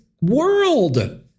world